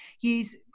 use